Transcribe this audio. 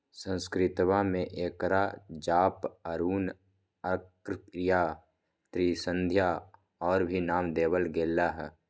संस्कृतवा में एकरा जपा, अरुण, अर्कप्रिया, त्रिसंध्या और भी नाम देवल गैले है